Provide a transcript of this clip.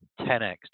10x